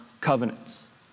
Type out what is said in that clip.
covenants